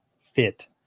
fit